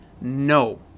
no